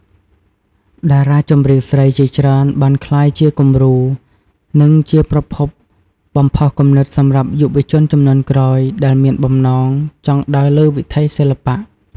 តារាចម្រៀងស្រីជាច្រើនបានក្លាយជាគំរូ និងជាប្រភពបំផុសគំនិតសម្រាប់យុវជនជំនាន់ក្រោយ ដែលមានបំណងចង់ដើរលើវិថីសិល្បៈ។